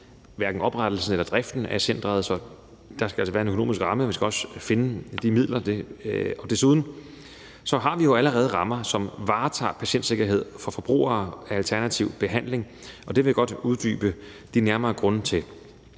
hverken oprettelsen eller driften af centret, og der skal altså være en økonomisk ramme; man skal finde de midler. Desuden har vi jo allerede rammer, som varetager patientsikkerhed for forbrugere af alternativ behandling, og det vil jeg godt uddybe de nærmere grunde til.